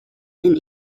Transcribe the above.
and